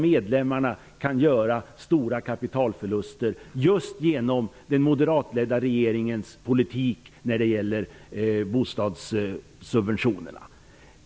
Medlemmarna kan komma att göra stora kapitalförluster just genom den moderatledda regeringens politik när det gäller bostadssubventionerna.